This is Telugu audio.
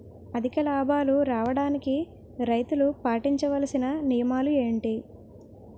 అధిక లాభాలు రావడానికి రైతులు పాటించవలిసిన నియమాలు ఏంటి